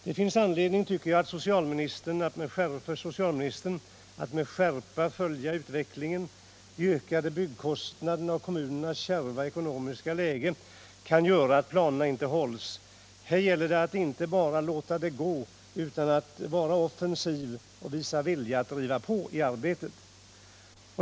Det finns anledning för socialministern att med skärpa följa utvecklingen. De ökade byggkostnaderna och kommunernas kärva ekonomiska läge kan göra att planerna inte hålls. Här gäller det att inte bara låta det gå, utan vara offensiv och visa vilja att driva på i arbetet.